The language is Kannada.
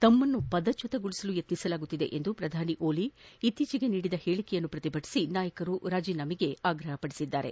ತಮ್ಮನ್ನು ಪದಚ್ಚುತಗೊಳಿಸಲು ಯತ್ನಿಸಲಾಗುತ್ತಿದೆ ಎಂದು ಪ್ರಧಾನಿ ಓಲಿ ಇತ್ನೀಚೆಗೆ ನೀಡಿರುವ ಹೇಳಿಕೆಯನ್ನು ಪ್ರತಿಭಟಿಸಿ ನಾಯಕರು ರಾಜೀನಾಮೆಗೆ ಒತ್ತಾಯಿಸುತ್ತಿದ್ದಾರೆ